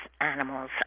animals